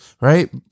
Right